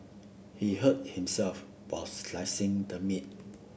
he hurt himself while slicing the meat